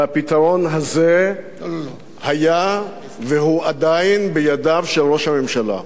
והפתרון הזה היה והוא עדיין בידיו של ראש הממשלה.